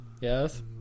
yes